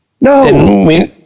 No